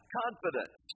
confidence